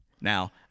Now